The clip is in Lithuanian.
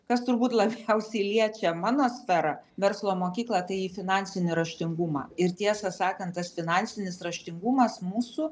kas turbūt labiausiai liečia mano sferą verslo mokyklą tai finansinį raštingumą ir tiesą sakant tas finansinis raštingumas mūsų